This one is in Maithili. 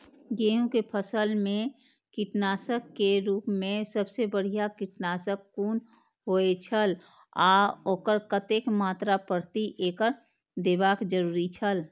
गेहूं के फसल मेय कीटनाशक के रुप मेय सबसे बढ़िया कीटनाशक कुन होए छल आ ओकर कतेक मात्रा प्रति एकड़ देबाक जरुरी छल?